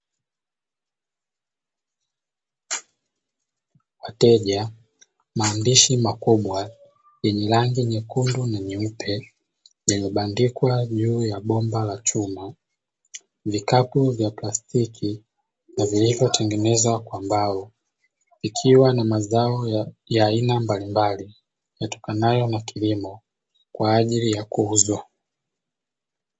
Wateja, maandishi makubwa yenye rangi nyekundu na nyeupe yaliyobandikwa juu ya bomba la chuma, vikapu vya plastiki vilivyotengenezwa kwa mbao ikiwa na mazao ya aina mbalimbali yatokanayo na kilimo kwa ajili ya kuuzwa.